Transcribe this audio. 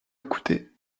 écouter